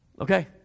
okay